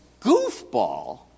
goofball